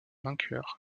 vainqueur